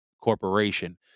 corporation